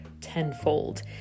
tenfold